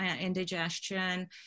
indigestion